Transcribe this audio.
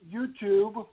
YouTube